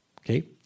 Okay